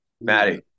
maddie